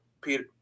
Peter